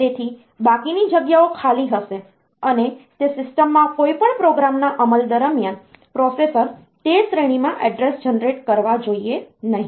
તેથી બાકીની જગ્યાઓ ખાલી હશે અને તે સિસ્ટમમાં કોઈપણ પ્રોગ્રામના અમલ દરમિયાન પ્રોસેસર તે શ્રેણીમાં એડ્રેસ જનરેટ કરવા જોઈએ નહીં